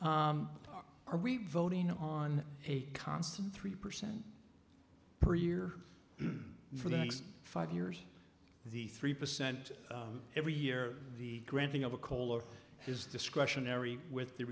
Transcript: are we voting on a constant three percent per year for the next five years the three percent every year the granting of a kohler his discretionary with the